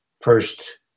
first